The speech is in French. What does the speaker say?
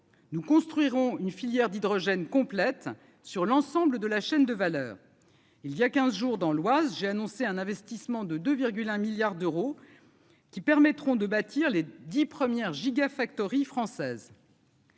nous construirons une filière d'hydrogène complète sur l'ensemble de la chaîne de valeur, il y a 15 jours, dans l'Oise, j'ai annoncé un investissement de 2 milliards d'euros, qui permettront de bâtir les dix premières giga factories française.